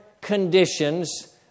conditions